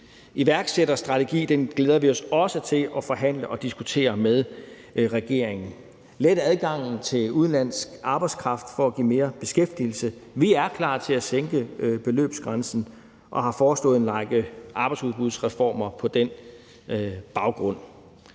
iværksætterstrategi – den glæder vi os også til at forhandle og diskutere med regeringen. Hvad angår at lette adgangen for udenlandsk arbejdskraft for at give mere beskæftigelse, er vi klar til at sænke beløbsgrænsen, og vi har foreslået en række arbejdsudbudsreformer på den baggrund.